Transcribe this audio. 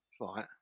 Right